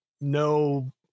no